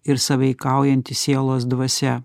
ir sąveikaujanti sielos dvasia